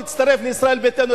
תצטרף לישראל ביתנו,